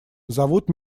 зовут